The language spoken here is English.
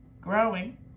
growing